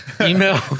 Email